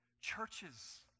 churches